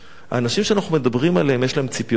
לאנשים שאנחנו מדברים עליהם יש ציפיות לטובה.